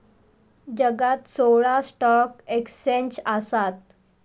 जगात सोळा stock exchange आसत